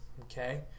Okay